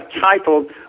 titled